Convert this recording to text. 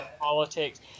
Politics